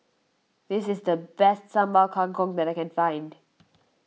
this is the best Sambal Kangkong that I can find